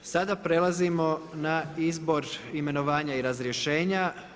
Sada prelazimo na Izbor, imenovanja i razrješenja.